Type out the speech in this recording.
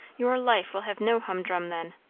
your life will have no humdrum then.